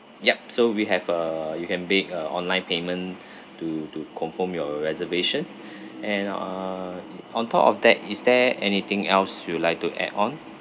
yup so we have uh you can make a online payment to to confirm your reservation and uh on top of that is there anything else you would like to add on